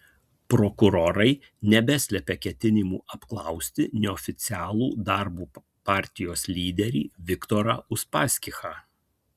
prokurorai nebeslepia ketinimų apklausti neoficialų darbo partijos lyderį viktorą uspaskichą